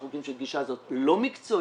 אנחנו חושבים שהגישה הזאת לא מקצועית,